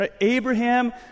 Abraham